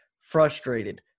frustrated